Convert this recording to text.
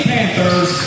Panthers